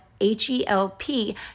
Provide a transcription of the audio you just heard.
H-E-L-P